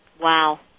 Wow